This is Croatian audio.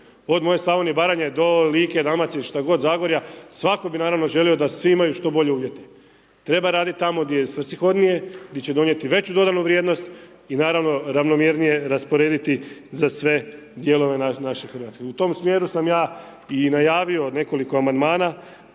Od moje Slavonije i Baranje do Like, Dalmacije šta god Zagorja svako bi naravno želio da svi imaju što bolje uvjete. Treba radit tamo gdje je svrsishodnije di će donijeti veću dodanu vrijednost i naravno ravnomjernije rasporediti za sve dijelove naše Hrvatske i u tom smjeru sam ja i najavio nekoliko amandmana